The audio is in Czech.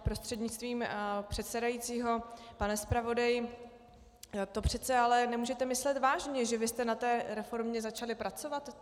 Prostřednictvím předsedajícího pane zpravodaji, to přece nemůžete myslet vážně, že jste na té reformě začali pracovat.